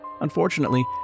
Unfortunately